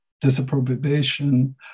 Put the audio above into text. disapprobation